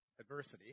adversity